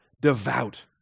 Devout